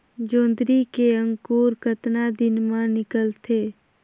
जोंदरी के अंकुर कतना दिन मां निकलथे?